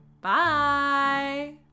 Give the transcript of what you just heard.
Bye